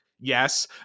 Yes